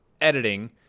editing